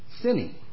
sinning